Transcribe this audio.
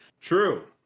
True